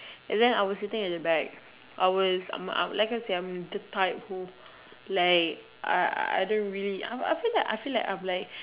and then I was sitting at the back I was I'm like I said I'm the type who like I I don't really I feel like I feel like I'm like